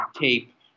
tape